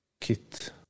kit